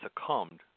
succumbed